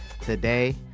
today